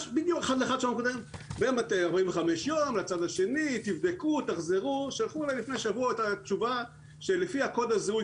שלחו אלי לפני שבוע את התשובה שלפיה קוד הזיהוי